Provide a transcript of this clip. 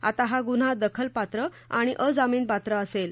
आता हा गुन्हा दखलपात्र आणि अजामिनपात्र असेल